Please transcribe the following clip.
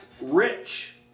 rich